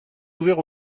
ouvert